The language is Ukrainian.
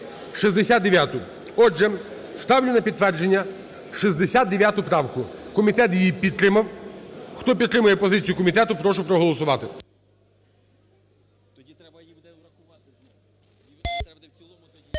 69-у. Отже, ставлю на підтвердження 69 правку. Комітет її підтримав. Хто підтримує позицію комітету, прошу проголосувати.